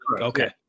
Okay